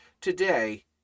today